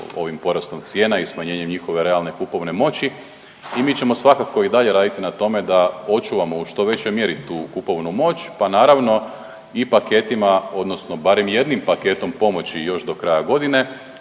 ovim porastom cijena i smanjenjem njihove realne kupovne moći. I mi ćemo svakako i dalje raditi na tome da očuvamo u što većoj mjeri tu kupovnu moć, pa naravno i paketima odnosno barem jednim paketom pomoći još do kraja godine